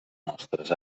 nostres